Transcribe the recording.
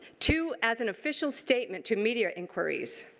to, as an official statement to media inquiries.